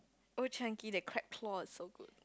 old-chang-kee the crab claw is so good